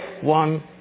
one